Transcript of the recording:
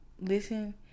listen